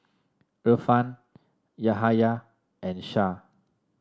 Irfan Yahaya and Shah